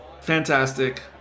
fantastic